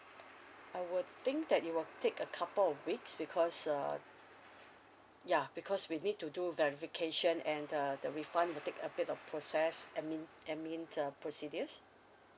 I would think that it will take a couple weeks because uh ya because we need to do verification and uh the refund will take a bit a process I mean I mean uh procedures